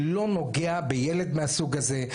לא נוגע בילד מהסוג הזה.